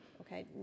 okay